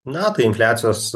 na tai infliacijos